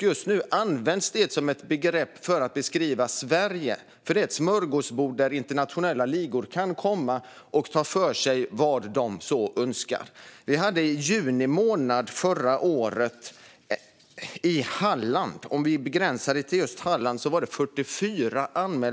Just nu används det som ett begrepp för att beskriva ett Sverige dit internationella ligor kan komma och ta för sig av vad de önskar. Vi hade i juni förra året 44 anmälda brott i Halland, om vi begränsar oss dit.